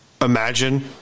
imagine